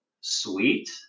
Sweet